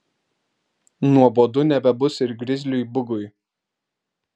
nuobodu nebebus ir grizliui bugui